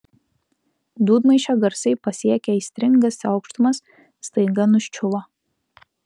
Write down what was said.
dūdmaišio garsai pasiekę aistringas aukštumas staiga nuščiuvo